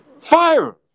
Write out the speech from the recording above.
Fire